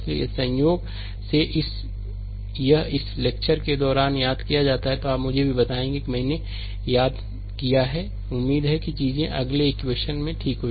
इसलिए यदि संयोग से यह इस लेक्चर के दौरान याद किया जाता है तो आप मुझे यह भी बताएंगे कि मैंने याद किया है कि उम्मीद है कि चीजें अगली इक्वेशन हैं ठीक है